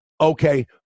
okay